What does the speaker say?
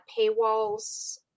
paywalls